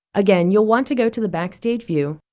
again, you'll want to go to the backstage view,